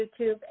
YouTube